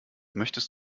möchtest